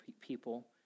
people